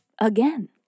again